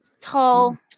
tall